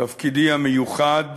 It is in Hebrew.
תפקידי המיוחד